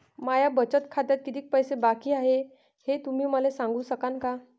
माया बचत खात्यात कितीक पैसे बाकी हाय, हे तुम्ही मले सांगू सकानं का?